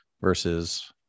versus